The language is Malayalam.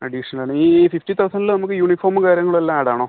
അഡീഷണൽ ഈ ഈ ഫിഫ്റ്റി തൗസൻഡിൽ നമുക്ക് യൂണിഫോമും കാര്യങ്ങൾ എല്ലാം ആഡ് ആണോ